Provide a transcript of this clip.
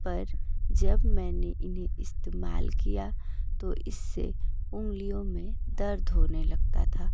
पर जब मैंने इन्हें इस्तेमाल किया तो इससे उंगलियों में दर्द होने लगता था